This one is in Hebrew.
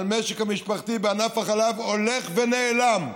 המשק המשפחתי בענף החלב הולך ונעלם.